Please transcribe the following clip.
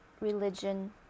religion